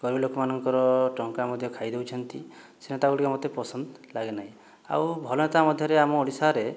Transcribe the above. ଗରିବ ଲୋକମାନଙ୍କର ଟଙ୍କା ମଧ୍ୟ ଖାଇଦେଉଛନ୍ତି ସେହି ନେତାଗୁଡ଼ିକ ମୋତେ ପସନ୍ଦ ଲାଗେନାହିଁ ଆଉ ଭଲ ନେତା ମଧ୍ୟରେ ଆମ ଓଡ଼ିଶାରେ